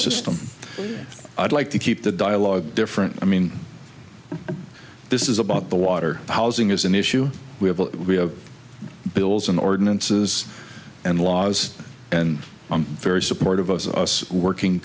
system i'd like to keep the dialogue different i mean this is about the water housing is an issue we have we have bills in ordinances and laws and i'm very supportive of us working